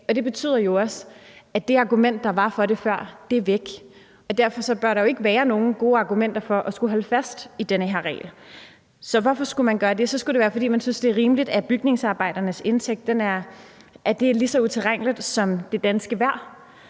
det betyder jo også, at det argument, der var for det før, er væk. Derfor bør der jo ikke være nogen gode argumenter for at holde fast i den her regel. Så hvorfor skulle man gøre det? Så skulle det være, fordi man synes, at det er rimeligt, at bygningsarbejdernes indtægt er lige så utilregnelig som det danske vejr.